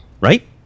right